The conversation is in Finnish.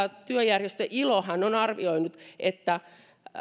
työjärjestö ilohan on arvioinut että